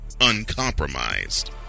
uncompromised